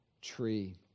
tree